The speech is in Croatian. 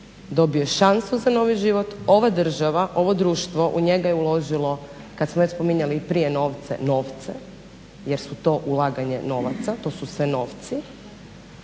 dobio je šansu za novi život, ova država, ovo društvo u njega je uložilo, kad smo već spominjali i prije novce, novce jer su to ulaganje novaca, to su sve novci.